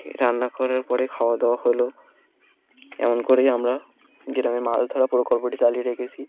রান্না করার পরে খাওয়া দাওয়া হলো এমন করেই আমরা গেরামে মাছ ধরা প্রকল্পটি চালিয়ে রেখেছি